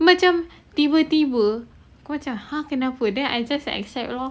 macam tiba-tiba aku macam !huh! kenapa then I just accept lor